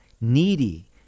needy